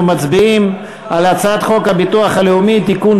אנחנו מצביעים על הצעת חוק הביטוח הלאומי (תיקון,